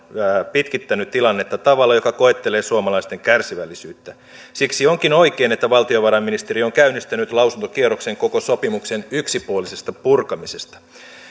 pitkittänyt tilannetta tavalla joka koettelee suomalaisten kärsivällisyyttä siksi onkin oikein että valtiovarainministeri on käynnistänyt lausuntokierroksen koko sopimuksen yksipuolisesta purkamisesta